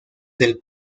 del